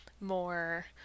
more